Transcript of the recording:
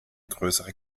größere